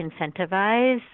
incentivize